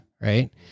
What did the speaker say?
right